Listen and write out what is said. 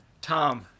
Tom